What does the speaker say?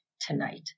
tonight